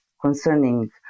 concerning